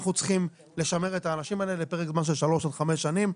אנחנו צריכים לשמר את האנשים האלה לפרק זמן של שלוש עד חמש שנים.